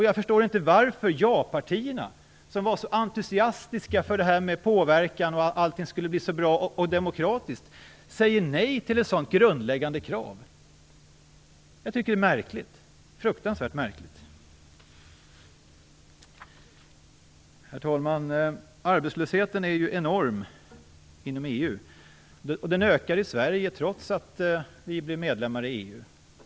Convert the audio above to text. Jag förstår inte varför ja-partierna, som var så entusiastiska för detta med påverkan och sade att allting skulle bli så bra och demokratiskt, säger nej till ett så grundläggande krav. Jag tycker att det är fruktansvärt märkligt. Herr talman! Arbetslösheten är enorm inom EU. Den ökar också i Sverige, trots att vi blev medlemmar i EU.